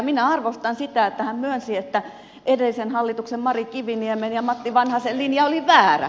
minä arvostan sitä että hän myönsi että edellisen hallituksen mari kiviniemen ja matti vanhasen linja oli väärä